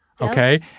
Okay